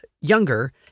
younger